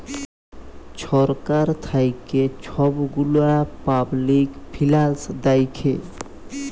ছরকার থ্যাইকে ছব গুলা পাবলিক ফিল্যাল্স দ্যাখে